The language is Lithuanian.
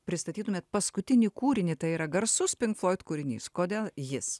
pristatytumėt paskutinį kūrinį tai yra garsus pink floid kūrinys kodėl jis